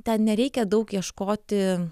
ten nereikia daug ieškoti